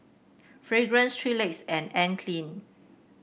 Fragrance Three Legs and Anne Klein